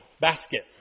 Basket